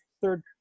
third